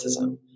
autism